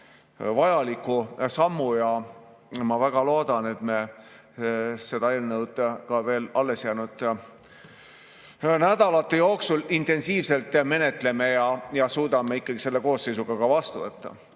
vajaliku sammu ja ma väga loodan, et me seda eelnõu ka veel alles jäänud nädalate jooksul intensiivselt menetleme ja suudame ikkagi selle koosseisuga vastu